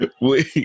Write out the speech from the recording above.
wait